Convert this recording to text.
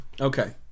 Okay